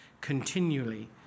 continually